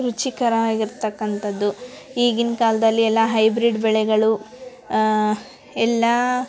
ರುಚಿಕರ ಆಗಿರತಕ್ಕಂಥದ್ದು ಈಗಿನ ಕಾಲದಲ್ಲಿ ಎಲ್ಲ ಹೈಬ್ರಿಡ್ ಬೆಳೆಗಳು ಎಲ್ಲ